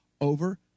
over